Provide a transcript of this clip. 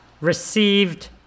received